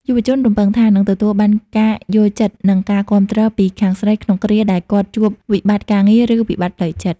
យុវជនរំពឹងថា នឹងទទួលបាន "ការយល់ចិត្ត និងការគាំទ្រ" ពីខាងស្រី ក្នុងគ្រាដែលគាត់ជួបវិបត្តិការងារ ឬវិបត្តិផ្លូវចិត្ត។